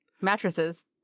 Mattresses